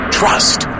trust